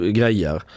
grejer